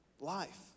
life